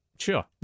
sure